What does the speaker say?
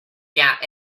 car